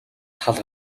тал